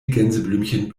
gänseblümchen